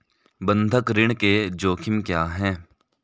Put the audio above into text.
बंधक ऋण के जोखिम क्या हैं?